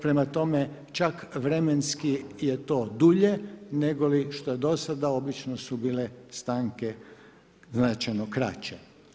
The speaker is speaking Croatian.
Prema tome, čak vremenski je to dulje negoli što je dosad, obično su bile stanke značajno kraće.